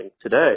today